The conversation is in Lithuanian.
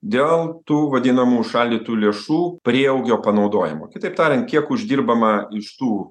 dėl tų vadinamų užšaldytų lėšų prieaugio panaudojimo kitaip tariant kiek uždirbama iš tų